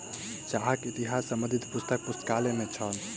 चाहक इतिहास संबंधी पुस्तक पुस्तकालय में छल